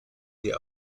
die